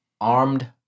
armed